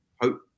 hope